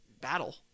battle